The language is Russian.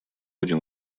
один